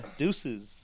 deuces